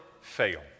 fail